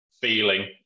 feeling